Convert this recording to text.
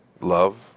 love